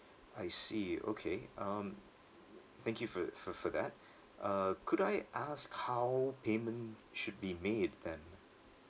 I see okay um thank you for for for that uh could I ask how payment should be made then